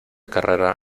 carrera